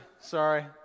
Sorry